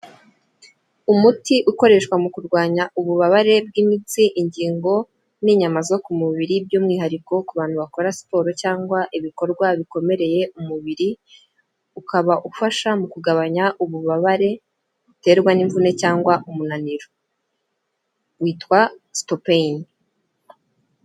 Umuti ukoreshwa mu kurwanya ububabare bw'imitsi, ingingo n'inyama zo ku mubiri by'umwihariko ku bantu bakora siporo cyangwa ibikorwa bikomereye umubiri, ukaba ufasha mu kugabanya ububabare buterwa n'imvune cyangwa umunaniro. Witwa "Stopain".